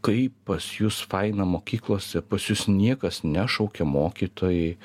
kaip pas jus faina mokyklose pas jus niekas nešaukia mokytojai